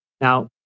Now